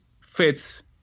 fits